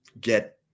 get